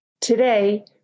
Today